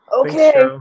Okay